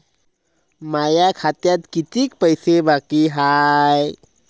माया खात्यात कितीक पैसे बाकी हाय?